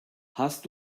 hast